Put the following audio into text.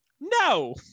No